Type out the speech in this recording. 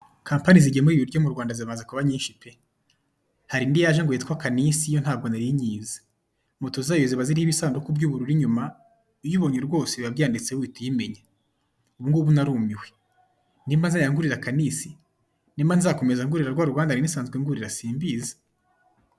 Kampani zigemura ibiryo mu Rwanda zimaze kuba nyinshi pe! Hari indi yaje ngo yitwa Kanisi yo ntago nari nyizi, moto zayo ziba ziriho ibisanduku by'ubururu inyuma uyibonye rwose biba byanditseho uhita uyimenya, ubungubu narumiwe nimba nzajya ngurira Kanisi, nimba nzakomeza ngurira rwa ruganda nari nsanzwe ngurira simbizi.